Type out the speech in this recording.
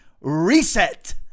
Reset